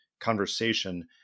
conversation